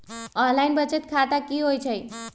Online बचत खाता की होई छई?